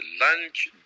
lunch